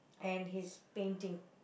and he's painting